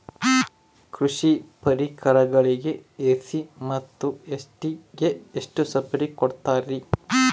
ಕೃಷಿ ಪರಿಕರಗಳಿಗೆ ಎಸ್.ಸಿ ಮತ್ತು ಎಸ್.ಟಿ ಗೆ ಎಷ್ಟು ಸಬ್ಸಿಡಿ ಕೊಡುತ್ತಾರ್ರಿ?